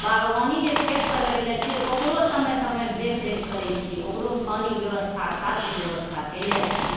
बागवानी जे खेतपर लगेले छियै ओकरो समय समयपर देख रेख करै छियै ओकरोमे पानिके व्यवस्था खादके व्यवस्था केने छियै